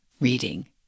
reading